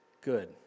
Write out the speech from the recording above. good